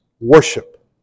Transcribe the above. worship